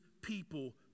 people